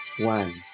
one